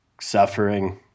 suffering